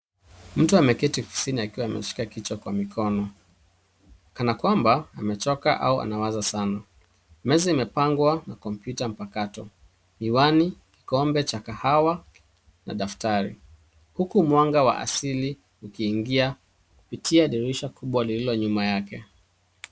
Mtu ameketi ofisini akiwa ameshika kichwa kwa mikono kana kwamba ameshika au anawaza sana. Meza imepangwa na kompyuta mpakato. Miwani, kikombe cha kahawa na daftari. Huku mwanga wa asili ukiingia kupitia dirisha kubwa lililo nyuma yake.